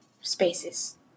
spaces